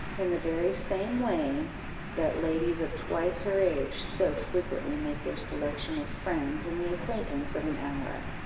in the very same way that ladies of twice her age so frequently make their selection of friends in the acquaintance of an hour.